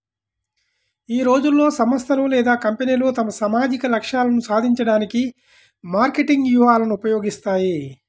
ఈ రోజుల్లో, సంస్థలు లేదా కంపెనీలు తమ సామాజిక లక్ష్యాలను సాధించడానికి మార్కెటింగ్ వ్యూహాలను ఉపయోగిస్తాయి